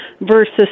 versus